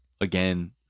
again